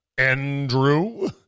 Andrew